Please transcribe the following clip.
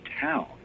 town